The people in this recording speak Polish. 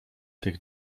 tych